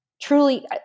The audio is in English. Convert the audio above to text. truly –